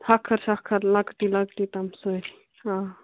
ہَکھٕر شَکھٕر لۅکٹی لۅکٹی تِم سٲری آ